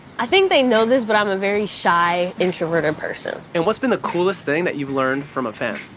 i think they know this, but i'm a very shy, introverted person. and what's been the coolest thing that you've learned from a fan?